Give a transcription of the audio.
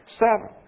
seven